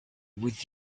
with